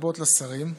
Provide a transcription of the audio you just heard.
לרבות לשרים.